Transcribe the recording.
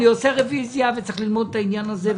אני עושה רוויזיה וצריך ללמוד את העניין הזה.